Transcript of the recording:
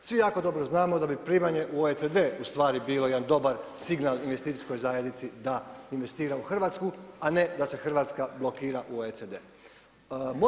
Svi jako dobro znamo da bi primanje u OECD bilo u stvari jedan dobar signal investicijskoj zajednici da investira u Hrvatsku a ne da se Hrvatska blokira u OECD.